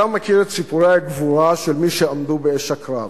אתה מכיר את סיפורי הגבורה של מי שעמדו באש הקרב